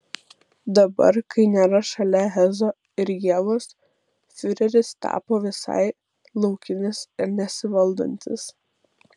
dabar kai nėra šalia heso ir ievos fiureris tapo visai laukinis ir nesivaldantis